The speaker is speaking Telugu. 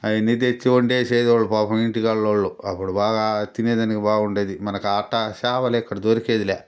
అయన్నీ తెచ్చి వొండేసేది ఒక పక్కనింటిగల్లోళ్ళు అప్పుడు బాగా తినేదానికి బావుండేది మనకట్టా చాపలు ఇక్కడ దొరికేది లే